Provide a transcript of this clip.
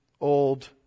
old